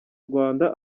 rwanda